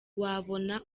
wabona